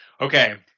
Okay